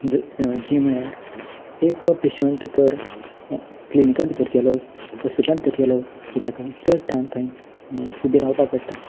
जीं म्हणल्यार एक पेशंट तर क्लिनिकांत भितर गेलो हॉस्पिटलांत भितर गेलो की ताका चड टायम थंय उबो रावपाक पडटा